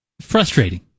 frustrating